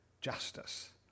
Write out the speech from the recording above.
justice